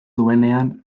duenean